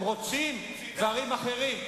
הם רוצים דברים אחרים.